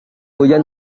hujan